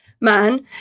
man